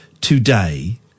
today